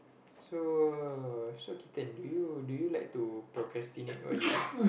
so so kitten do you do you like to procrastinate what you do